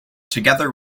together